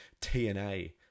TNA